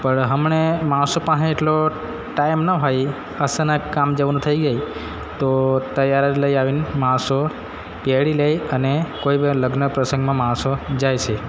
પણ હમણે માણસો પાસે એટલો ટાઈમ ન હોય અચાનક કામ જવાનું થઇ જાય તો તૈયાર જ લઈ આવીને માણસો પહેરી લેઈ અને કોઈ બી લગ્ન પ્રસંગમાં માણસો જાય છે